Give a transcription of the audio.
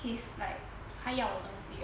his like 他要的东西 right